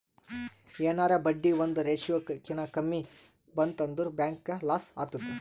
ಎನಾರೇ ಬಡ್ಡಿ ಒಂದ್ ರೇಶಿಯೋ ಕಿನಾ ಕಮ್ಮಿ ಬಂತ್ ಅಂದುರ್ ಬ್ಯಾಂಕ್ಗ ಲಾಸ್ ಆತ್ತುದ್